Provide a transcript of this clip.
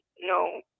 no